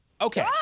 Okay